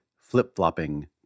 flip-flopping